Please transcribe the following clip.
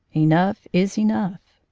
enough is enough.